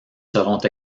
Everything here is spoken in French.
seront